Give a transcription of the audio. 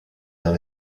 dans